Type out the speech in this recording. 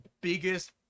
biggest